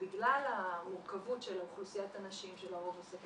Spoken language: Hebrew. בגלל המורכבות של אוכלוסיית הנשים שלרוב נמצאת